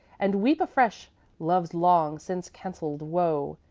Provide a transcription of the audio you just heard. and weep afresh love's long since cancel'd woe,